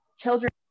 children